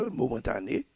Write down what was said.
momentané